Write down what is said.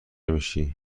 میشی